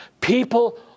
People